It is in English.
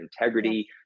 integrity